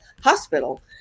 hospital